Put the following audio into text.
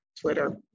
Twitter